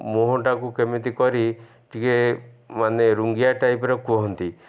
ମୁହଁଟାକୁ କେମିତି କରି ଟିକେ ମାନେ ରୁଙ୍ଗିଆ ଟାଇପ୍ର କୁହନ୍ତି